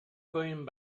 going